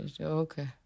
Okay